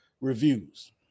reviews